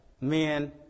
men